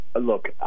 Look